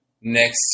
next